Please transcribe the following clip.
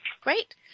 Great